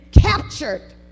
captured